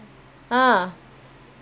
if got children